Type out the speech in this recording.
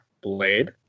Blade